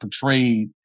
portrayed